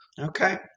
Okay